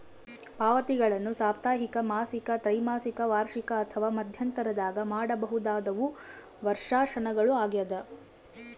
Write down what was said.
ಪಾವತಿಗಳನ್ನು ಸಾಪ್ತಾಹಿಕ ಮಾಸಿಕ ತ್ರೈಮಾಸಿಕ ವಾರ್ಷಿಕ ಅಥವಾ ಮಧ್ಯಂತರದಾಗ ಮಾಡಬಹುದಾದವು ವರ್ಷಾಶನಗಳು ಆಗ್ಯದ